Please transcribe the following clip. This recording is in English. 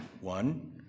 one